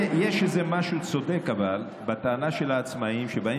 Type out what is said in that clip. יש איזה משהו צודק בטענה של העצמאים שבאים